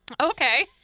Okay